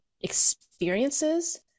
experiences